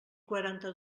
quaranta